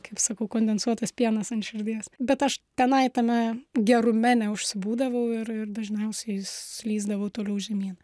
kaip sakau kondensuotas pienas ant širdies bet aš tenai tame gerume neužsibūdavau ir ir dažniausiai jis slysdavo toliau žemyn